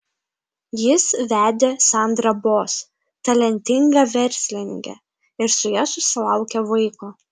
jis vedė sandrą boss talentingą verslininkę ir su ja susilaukė vaiko